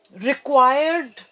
required